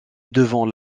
devant